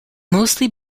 mostly